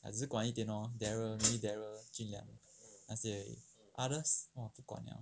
还是管一点 loh daryl maybe daryl junliang 那些 others mm 不管 liao